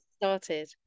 started